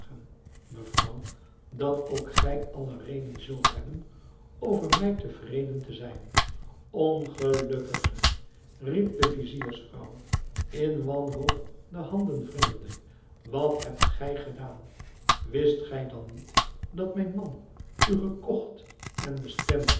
mevrouw dat ook gij alle reden zult hebben over mij te vreden te zijn ongelukkige riep de viziersvrouw in wanhoop de handen wringende wat hebt gij gedaan wist gij dan niet dat mijn man u gekocht en bestemd